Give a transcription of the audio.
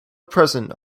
present